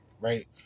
right